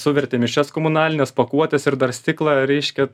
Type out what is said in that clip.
suvertė mišrias komunalines pakuotes ir dar stiklą reiškia